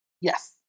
Yes